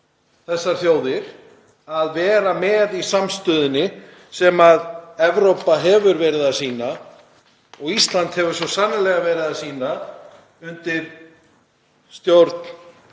þessar þjóðir að vera með í samstöðunni sem Evrópa hefur verið að sýna, og Ísland hefur svo sannarlega verið að sýna, m.a.